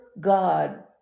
God